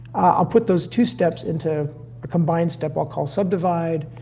i'll put those two steps into a combined step i'll call subdivide.